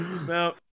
Now